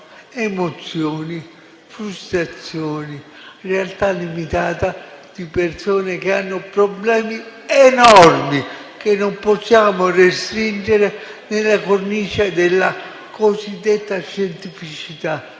emozioni, frustrazioni, la realtà limitata di persone che hanno problemi enormi, che non possiamo restringere nella cornice della cosiddetta scientificità,